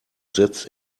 setzt